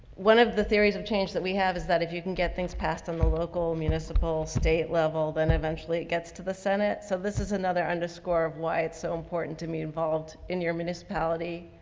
one of the theories of change that we have is that if you can get things passed on the local municipal state level, then eventually it gets to the senate. so this is another underscore of why it's so important to be involved in your municipality,